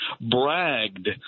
bragged